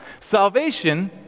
Salvation